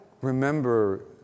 remember